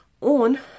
on